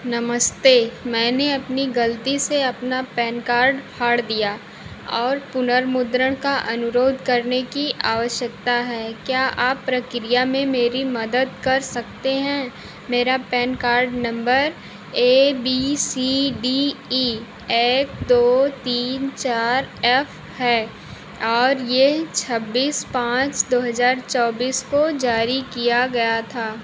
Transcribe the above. नमस्ते मैंने अपनी ग़लती से अपना पैन कार्ड फाड़ दिया और पुनर्मुद्रण का अनुरोध करने की आवश्यकता है क्या आप प्रक्रिया में मेरी मदद कर सकते हैं मेरा PAN card number A B C D E एक दो तीन चार एफ है और यह छब्बीस पाँच दो हज़ार चौबीस को जारी किया गया था